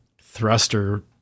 thruster